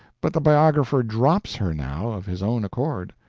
but the biographer drops her now, of his own accord.